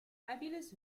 fabulous